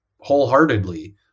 wholeheartedly